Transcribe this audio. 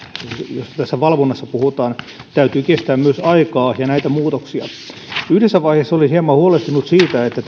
jos tästä valvonnasta puhutaan täytyy kestää myös aikaa ja muutoksia yhdessä vaiheessa olin hieman huolestunut siitä että